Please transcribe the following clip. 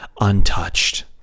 untouched